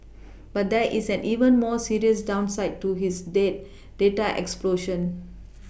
but there is an even more serious downside to this date data explosion